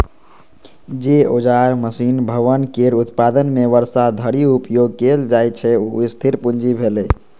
जे औजार, मशीन, भवन केर उत्पादन मे वर्षों धरि उपयोग कैल जाइ छै, ओ स्थिर पूंजी भेलै